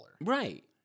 Right